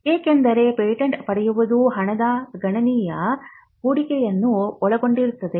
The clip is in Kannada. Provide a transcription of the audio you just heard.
ಏಕೆಂದರೆ ಪೇಟೆಂಟ್ ಪಡೆಯುವುದು ಹಣದ ಗಣನೀಯ ಹೂಡಿಕೆಯನ್ನು ಒಳಗೊಂಡಿರುತ್ತದೆ